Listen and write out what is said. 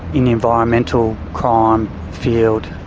in the environmental crime field.